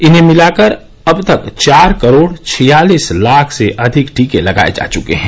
इन्हें मिलाकर अब तक चार करोड़ छियालीस लाख से अधिक टीके लगाए जा चुके हैं